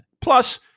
Plus